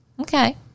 Okay